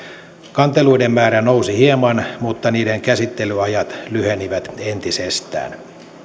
kanteluiden määrä nousi hieman mutta niiden käsittelyajat lyhenivät entisestään